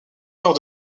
nord